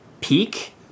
peak